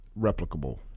replicable